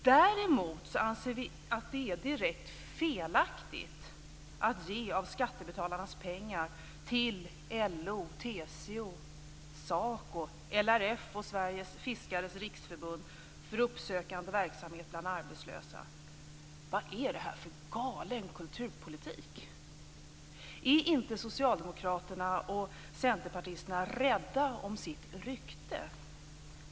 Däremot anser vi att det är direkt felaktigt att ge av skattebetalarnas pengar till Vad är det här för galen kulturpolitik? Är inte socialdemokraterna och centerpartisterna rädda om sitt rykte?